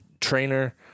trainer